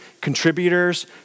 contributors